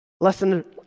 Lesson